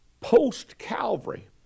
post-Calvary